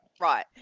Right